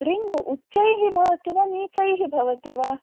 ring उच्चैः भवति वा नीचैः भवति वा